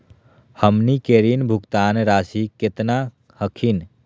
हमनी के ऋण भुगतान रासी केतना हखिन?